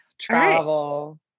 travel